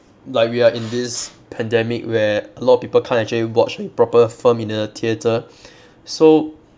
like we are in this pandemic where a lot of people can't actually watch a proper film in a theatre so